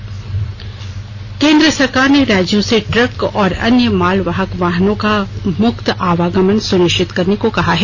आवागमन केन्द्र सरकार ने राज्यों से ट्रक और अन्य माल वाहक वाहनों का मुक्त आवागमन सुनिश्चित करने को कहा है